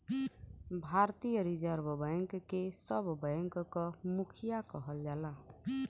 भारतीय reserve bank के सब बैंक क मुखिया कहल जाला